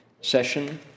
session